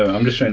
i'm just showing